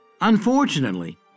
Unfortunately